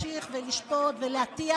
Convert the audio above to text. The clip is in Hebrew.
עם זאת, יש לי בקשה: אי-אפשר להמשיך ולהטיח